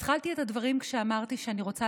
התחלתי את הדברים כשאמרתי שאני רוצה